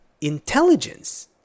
intelligence